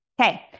Okay